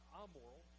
amoral